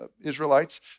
Israelites